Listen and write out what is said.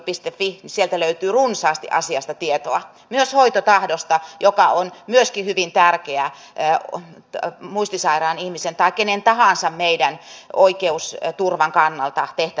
fi sieltä löytyy runsaasti asiasta tietoa myös hoitotahdosta joka on myöskin hyvin tärkeä muistisairaan ihmisen tai kenen tahansa meidän oikeusturvan kannalta tehtävä asiakirja